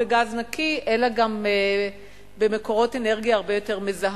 בגז נקי אלא גם במקורות אנרגיה הרבה יותר מזהמים.